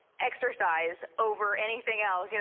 exercise over anything else. you know